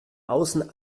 außen